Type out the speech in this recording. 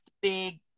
big